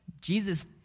Jesus